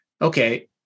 Okay